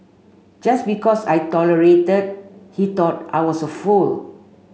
just because I tolerated he thought I was a fool